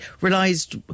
realised